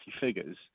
figures